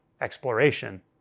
exploration